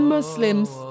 Muslims